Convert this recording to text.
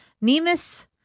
Nemus